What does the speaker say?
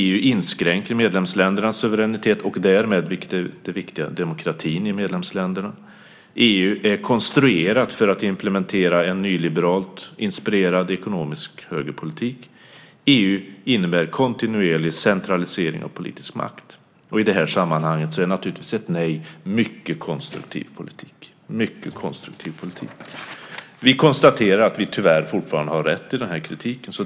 EU inskränker medlemsländernas suveränitet och därmed demokratin i medlemsländerna, vilket är det viktiga. EU är konstruerat för att implementera en nyliberalt inspirerad ekonomisk högerpolitik. EU innebär en kontinuerlig centralisering av politisk makt. I det här sammanhanget är naturligtvis ett nej en mycket konstruktiv politik. Vi konstaterar att vi tyvärr fortfarande har rätt i den här kritiken.